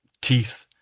teeth